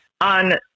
on